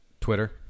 Twitter